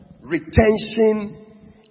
retention